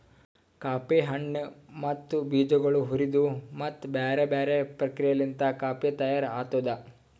coffee ಹಣ್ಣು ಮತ್ತ ಬೀಜಗೊಳ್ ಹುರಿದು ಮತ್ತ ಬ್ಯಾರೆ ಬ್ಯಾರೆ ಪ್ರಕ್ರಿಯೆಲಿಂತ್ ಕಾಫಿ ತೈಯಾರ್ ಆತ್ತುದ್